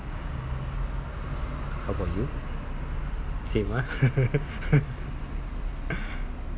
how about you same ah